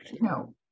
No